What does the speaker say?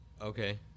okay